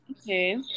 Okay